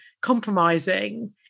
compromising